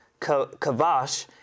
kavash